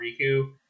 Riku